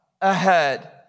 ahead